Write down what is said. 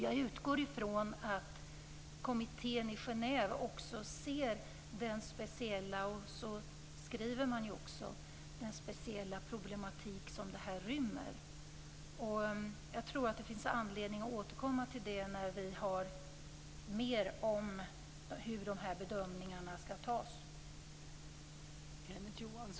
Jag utgår ifrån att kommittén i Genève också ser den speciella problematik som det här rymmer, och så skriver man ju också. Jag tror att det finns anledning att återkomma till detta när vi vet mer om hur de här bedömningarna skall göras.